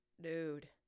dude